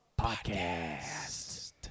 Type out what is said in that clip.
podcast